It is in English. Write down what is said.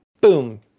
boom